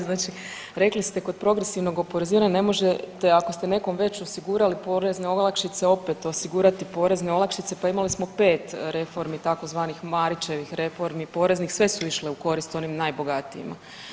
Znači rekli ste kod progresivnog oporezivanja ne možete ako ste nekom već osigurali porezne olakšice opet osigurati porezne olakšice pa imali smo 5 reformi tzv. Marićevih reformi poreznih, sve su išle u korist onim najbogatijima.